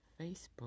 Facebook